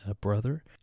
brother